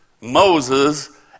Moses